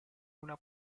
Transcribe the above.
una